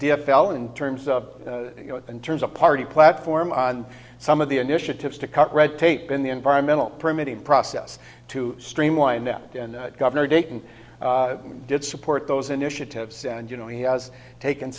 l in terms of you know in terms of party platform on some of the initiatives to cut red tape in the environmental permitting process to streamline that and governor dayton did support those initiatives and you know he has taken